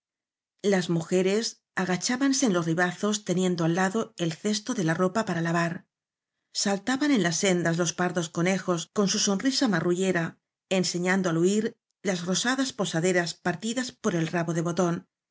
las mujeres agachá banse en los ribazos teniendo al lado el cesto de la ropa por lavar saltaban en las sendas los pardos conejos con su sonrisa marrullera enseñando al huir las rosadas posaderas partiv blasco ibáñez cías por el rabo de botón y